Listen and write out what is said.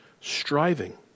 striving